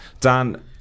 Dan